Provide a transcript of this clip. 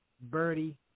Birdie